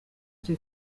icyo